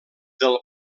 del